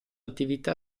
attività